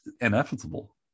inevitable